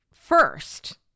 first